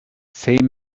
said